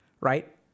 right